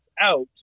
out